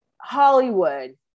Hollywood